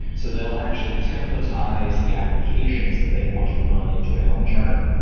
so they'll actually templatize the applications that they want to run into a helm chart,